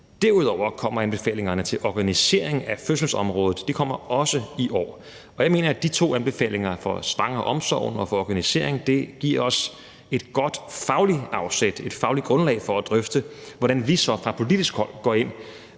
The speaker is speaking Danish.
Derudover kommer anbefalingerne til organisering af fødselsområdet også i år. Jeg mener, at de to anbefalinger for svangreomsorgen og for organisering giver os et godt fagligt afsæt, et fagligt grundlag, for at drøfte, hvordan vi så fra politisk hold oven